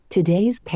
Today's